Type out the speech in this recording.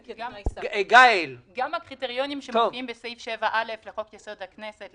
גם הקריטריונים שמופיעים בסעיף 7א לחוק יסוד: הכנסת,